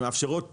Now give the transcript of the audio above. שמאפשרות